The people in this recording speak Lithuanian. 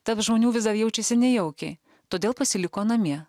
tarp žmonių vis dar jaučiasi nejaukiai todėl pasiliko namie